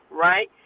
Right